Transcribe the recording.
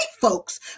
folks